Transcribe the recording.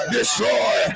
Destroy